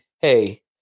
hey